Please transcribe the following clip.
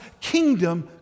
kingdom